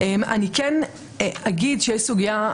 אני אומר את זה בצער